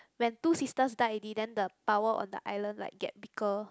when two sisters died already then the power one the island like get weaker